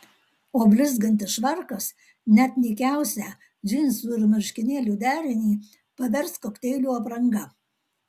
o blizgantis švarkas net nykiausią džinsų ir marškinėlių derinį pavers kokteilių apranga